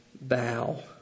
bow